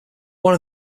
one